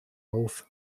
auf